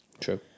true